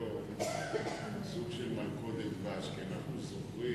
היום סוג של מלכודת, כיוון שאנחנו זוכרים